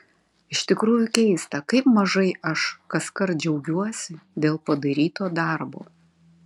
iš tikrųjų keista kaip mažai aš kaskart džiaugiuosi dėl padaryto darbo